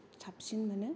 साबसिन मोनो